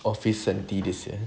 office santa this year